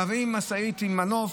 מביאים משאית עם מנוף,